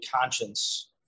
conscience